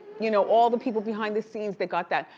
you know all the people behind the scenes, they got that,